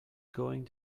going